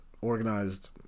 organized